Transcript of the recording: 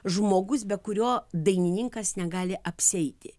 žmogus be kurio dainininkas negali apsieiti